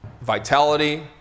vitality